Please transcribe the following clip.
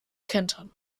kentern